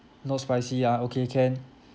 not spicy ah okay can